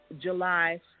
July